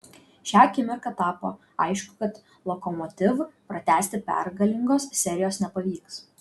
šią akimirką tapo aišku kad lokomotiv pratęsti pergalingos serijos nepavyks